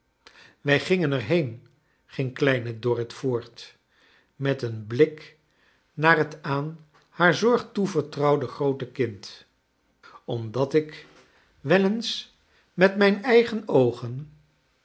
wij gingen er heen ging kleine dorrit voort met een blik naar het aan haar zorg toevertrouwde groote kind omdat ik wel eens met mijn eigen oogen